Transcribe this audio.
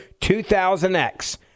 2000X